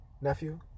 nephew